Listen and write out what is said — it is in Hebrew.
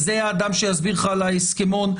זה האדם שיסביר לך על ההסכמון.